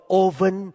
oven